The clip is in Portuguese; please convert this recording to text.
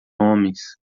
homens